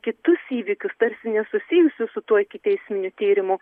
kitus įvykius tarsi nesusijusius su tuo ikiteisminiu tyrimu